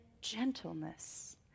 gentleness